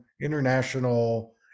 international